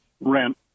rent